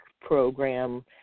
program